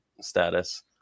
status